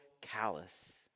callous